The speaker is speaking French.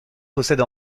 possède